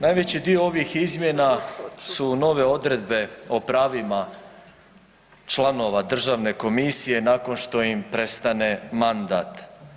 Najveći dio ovih izmjena su nove odredbe o pravima članova državne komisije nakon što im prestane mandat.